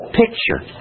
picture